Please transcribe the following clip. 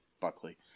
Buckley